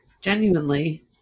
genuinely